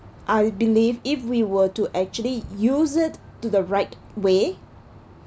I believe if we were to actually use it to the right way